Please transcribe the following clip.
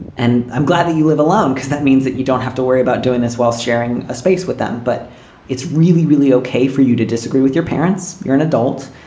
and i'm glad that you live alone, because that means that you don't have to worry about doing this while sharing a space with them. but it's really, really okay for you to disagree with your parents. you're an adult.